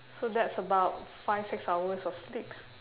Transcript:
so that's about five six hours of sleep